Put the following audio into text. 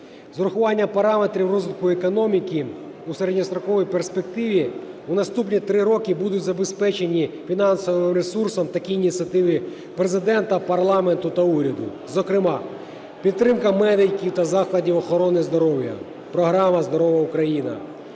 урахуванням параметрів розвитку економіки у середньостроковій перспективі у наступні три роки будуть забезпечені фінансовим ресурсом такі ініціативи Президента, парламенту та уряду, зокрема: підтримка медиків та закладів охорони здоров'я, програма "Здорова Україна";